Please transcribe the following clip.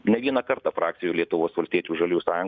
ne vieną kartą frakcijoj lietuvos valstiečių ir žaliųjų sąjun